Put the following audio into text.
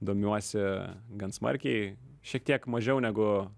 domiuosi gan smarkiai šiek tiek mažiau negu